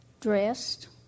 dressed